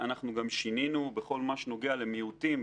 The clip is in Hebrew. גם שינינו בכל מה שנוגע למיעוטים.